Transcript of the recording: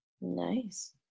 Nice